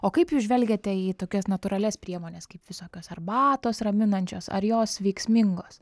o kaip jūs žvelgiate į tokias natūralias priemones kaip visokios arbatos raminančios ar jos veiksmingos